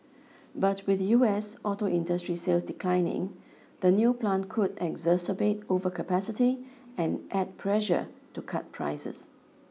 but with U S auto industry sales declining the new plant could exacerbate overcapacity and add pressure to cut prices